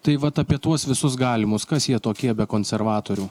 tai vat apie tuos visus galimus kas jie tokie be konservatorių